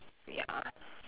ya